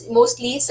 mostly